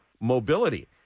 mobility